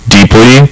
Deeply